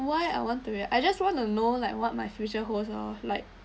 why I want to do it I just want to know like what my future holds loh like